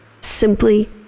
simply